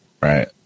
right